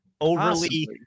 overly